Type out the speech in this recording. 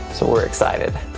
so, we're excited.